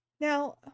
Now